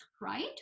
right